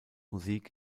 musik